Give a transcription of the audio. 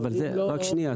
אם לא --- רק שנייה,